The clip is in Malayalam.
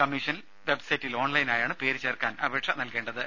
കമ്മീഷൻ വെബ്സൈറ്റിൽ ഓൺലൈനായാണ് പേര് ചേർക്കാൻ അപേക്ഷ നൽകേണ്ടത്